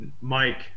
Mike